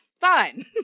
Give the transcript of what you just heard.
Fine